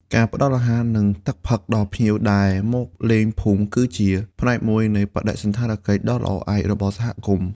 ការផ្តល់អាហារ និងទឹកផឹកដល់ភ្ញៀវដែលមកលេងភូមិ គឺជាផ្នែកមួយនៃបដិសណ្ឋារកិច្ចដ៏ល្អឯករបស់សហគមន៍។